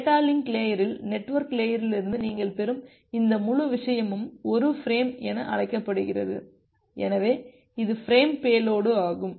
data link லேயரில் network லேயரிலிருந்து நீங்கள் பெறும் இந்த முழு விஷயமும் ஒரு ஃபிரேம் என அழைக்கப்படுகிறது எனவே இது ஃபிரேம் பேலோடு ஆகும்